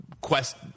quest